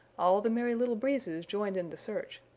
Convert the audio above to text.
all the merry little breezes joined in the search,